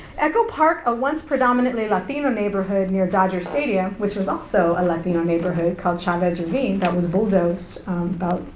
echo park, a once predominantly latino neighborhood near dodger stadium, which was also a latino neighborhood called chavez ravine that was bulldozed about,